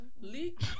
Leak